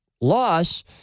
loss